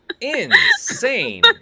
insane